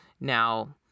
now